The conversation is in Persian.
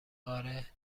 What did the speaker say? آره